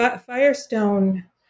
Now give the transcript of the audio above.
Firestone